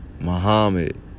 Muhammad